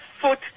foot